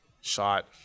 Shot